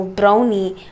brownie